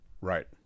Right